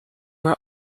were